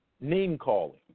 name-calling